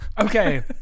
Okay